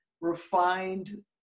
refined